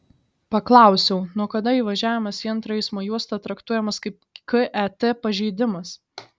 paklausiau nuo kada įvažiavimas į antrą eismo juostą traktuojamas kaip ket pažeidimas